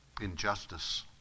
Injustice